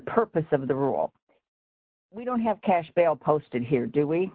purpose of the rule we don't have cash bail posted here do